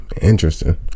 interesting